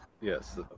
yes